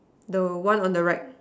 the one on the right